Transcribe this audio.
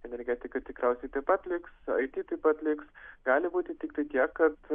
energetika tikriausiai taip pat liks ai tį taip pat liks gali būti tiktai tiek kad